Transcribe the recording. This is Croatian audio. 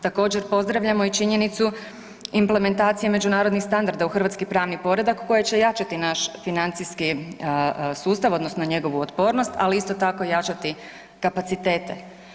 Također pozdravljam i činjenicu implementacije međunarodnih standarda u hrvatski pravni poredak koji će jačati naš financijski sustav, odnosno njegovu otpornost, ali isto tako, jačati kapacitete.